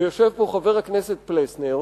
ויושב פה חבר הכנסת פלסנר,